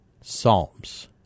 Psalms